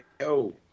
yo